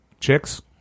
chicks